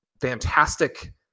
fantastic